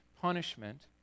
punishment